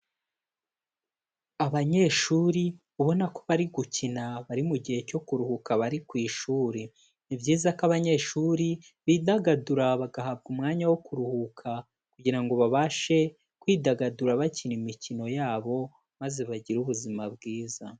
Abanyeshuri ubona ko bari gukina bari mu gihe cyo kuruhuka bari ku ishuri, ni byiza ko abanyeshuri bidagadura bagahabwa umwanya wo kuruhuka kugira ngo babashe kwidagadura bakina imikino yabo maze bagire ubuzima bwiza.